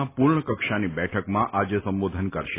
ના પૂર્ણ કક્ષાની બેઠકમાં આજે સંબોધન કરશે